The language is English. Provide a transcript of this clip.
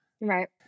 Right